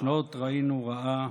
ראינו רעה".